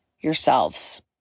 yourselves